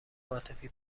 عاطفی